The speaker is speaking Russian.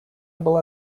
была